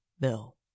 Bill